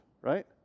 right